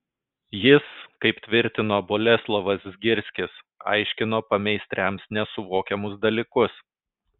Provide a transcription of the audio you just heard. jis kaip tvirtino boleslovas zgirskis aiškino pameistriams nesuvokiamus dalykus